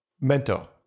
mentor